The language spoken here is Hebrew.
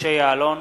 משה יעלון,